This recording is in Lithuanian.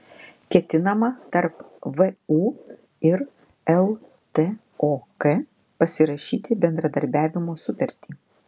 ketinama tarp vu ir ltok pasirašyti bendradarbiavimo sutartį